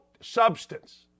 substance